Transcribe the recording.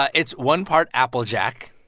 ah it's one part applejack.